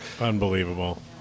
Unbelievable